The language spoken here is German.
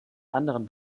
anderen